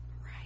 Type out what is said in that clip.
Right